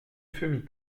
feu